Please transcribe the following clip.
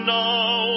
now